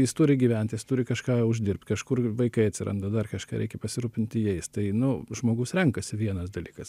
jis turi gyvent jis turi kažką uždirbt kažkur vaikai atsiranda dar kažką reikia pasirūpinti jais tai nu žmogus renkasi vienas dalykas